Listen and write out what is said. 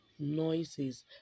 noises